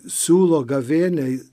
siūlo gavėniai